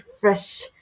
fresh